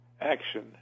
action